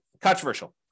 controversial